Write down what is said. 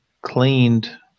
cleaned